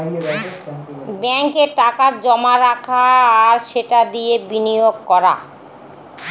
ব্যাঙ্কে টাকা জমা রাখা আর সেটা দিয়ে বিনিয়োগ করা